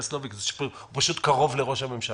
סלוביק שהוא פשוט קרוב לראש הממשלה,